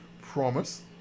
promise